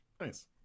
nice